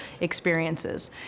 experiences